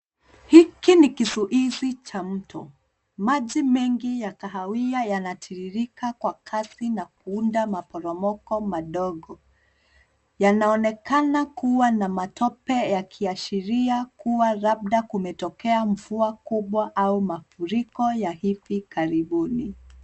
Hiki ni kizuizi cha mto. Maji mengi ya kahawia yanatiririka kwa kasi na kuunda maporomoko madogo. Yanaonekana kuwa na matope yakiashiria kuwa labda kumetokea mvua kubwa au mafuriko ya hivi karibuni.